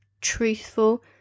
truthful